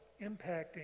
impacting